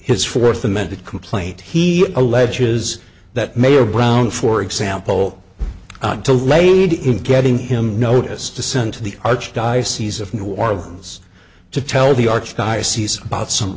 his fourth amended complaint he alleges that mayor brown for example the lady in getting him noticed to send to the archdiocese of new orleans to tell the archdiocese about some